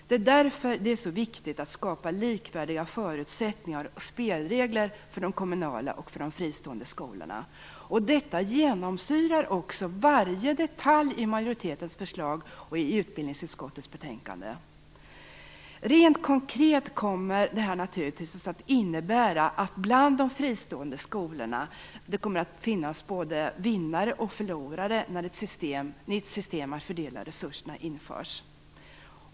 Det är därför det är så viktigt att skapa likvärdiga förutsättningar och spelregler för de kommunala och för de fristående skolorna. Detta genomsyrar också varje detalj i majoritetens förslag och i utbildningsutskottets betänkande. Rent konkret kommer det naturligtvis att innebära att det bland de fristående skolorna både kommer att finnas vinnare och förlorare när ett nytt system för att fördela resurserna införs.